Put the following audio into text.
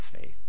faith